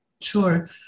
Sure